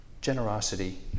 generosity